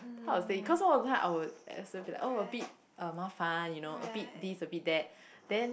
how to say cause some of the time I would assume oh a bit um 麻烦 a bit this a bit that then